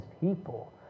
people